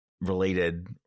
related